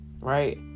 right